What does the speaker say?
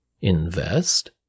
Invest